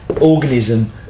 organism